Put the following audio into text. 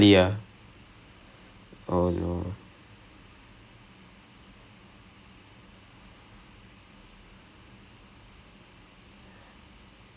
ஆமா ரொம்ப:aamaa romba because position மாத்த முடியலே:maatha mudiyalae everything right and then um and then the worst worst worst worst it wasn't like a and and